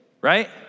Right